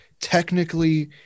technically